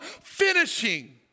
finishing